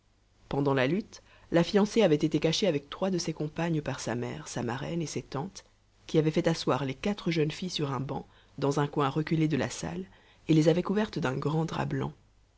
pendant la lutte la fiancée avait été cachée avec trois de ses compagnes par sa mère sa marraine et ses tantes qui avaient fait asseoir les quatre jeunes filles sur un banc dans un coin reculé de la salle et les avaient couvertes d'un grand drap blanc